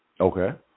Okay